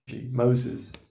moses